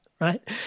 right